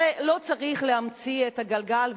הרי לא צריך להמציא את הגלגל,